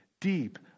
deep